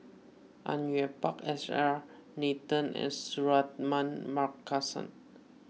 Au Yue Pak S R Nathan and Suratman Markasan